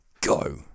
Go